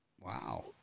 Wow